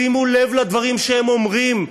שימו לב לדברים שהם אומרים.